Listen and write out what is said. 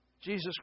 Jesus